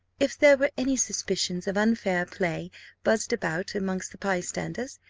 if there were any suspicions of unfair play buzzed about amongst the by-standers,